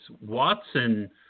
Watson –